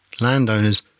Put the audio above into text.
landowners